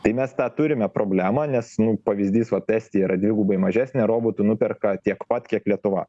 tai mes tą turime problemą nes nu pavyzdys vat estija yra dvigubai mažesnė o robotų nuperka tiek pat kiek lietuva